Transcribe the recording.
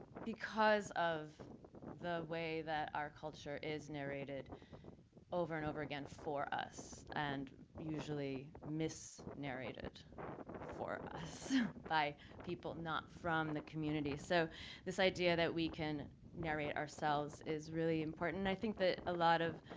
because of the way that our culture is narrated over and over again for us, and usually mis-narrated for us by people not from the community. so this idea that we can narrate ourselves is really important. i think that a lot of,